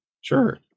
Sure